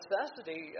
necessity